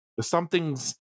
something's